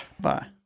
Bye